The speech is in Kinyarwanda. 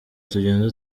tugenda